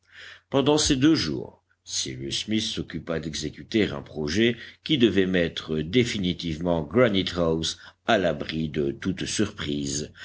pendant ces deux jours cyrus smith s'occupa d'exécuter un projet qui devait mettre définitivement granite house à l'abri de toute surprise